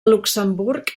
luxemburg